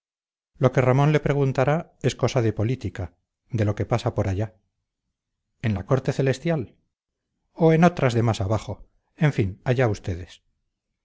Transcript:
lo que ramón le preguntará es cosa de política de lo que pasa por allá en la corte celestial o en otras de más abajo en fin allá ustedes